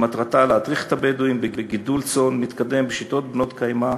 שמטרתה להדריך את הבדואים בגידול צאן מתקדם בשיטות בנות-קיימא.